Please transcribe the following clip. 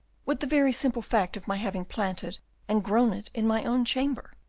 with the very simple fact of my having planted and grown it in my own chamber.